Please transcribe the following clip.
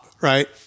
Right